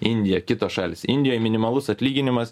indija kitos šalys indijoj minimalus atlyginimas